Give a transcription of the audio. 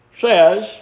says